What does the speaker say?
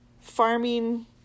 farming